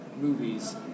movies